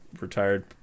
retired